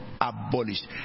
abolished